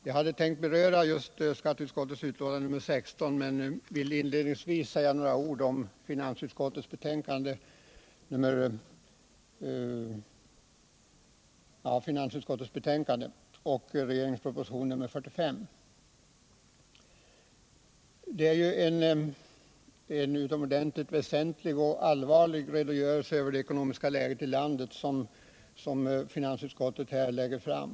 Jag hade tänkt beröra skatteutskottets betänkande nr 16 men vill inledningsvis säga några ord om finansutskottets betänkande nr 10 och regeringens proposition nr 45. Det är en utomordentligt väsentlig och allvarlig redogörelse över det ekonomiska läget i landet som finansutskottet lägger fram.